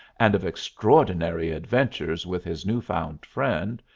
and of extraordinary adventures with his new-found friend,